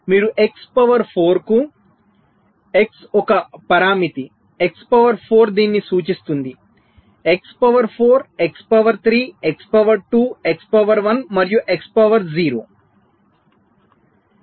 మీరు x power 4 కు x ఒక పరామితి x పవర్ 4 దీనిని సూచిస్తుంది x power 4 x power 3 x power 2 x power 1 మరియు x పవర్ 0